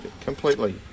completely